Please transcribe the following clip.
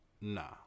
Nah